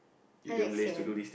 I like sian